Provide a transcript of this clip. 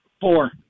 Four